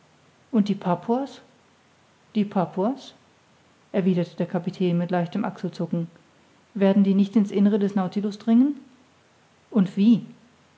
und die papuas die papuas erwiderte der kapitän mit leichtem achselzucken werden die nicht in's innere des nautilus dringen und wie